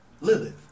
Lilith